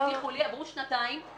עברו שנתיים.